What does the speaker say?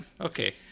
Okay